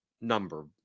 number